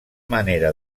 manera